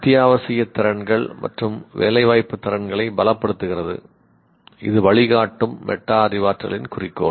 அத்தியாவசிய திறன்கள் மற்றும் வேலைவாய்ப்பு திறன்களை பலப்படுத்துகிறது இது வழிகாட்டும் மெட்டா அறிவாற்றலின் குறிக்கோள்